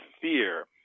fear